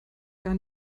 gar